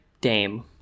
dame